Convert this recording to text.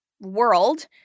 world